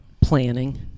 Planning